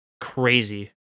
crazy